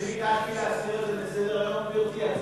אני ביקשתי להסיר את זה מסדר-היום, גברתי.